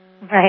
Right